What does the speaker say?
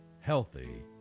healthy